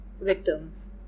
victims